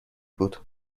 بود